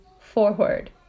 forward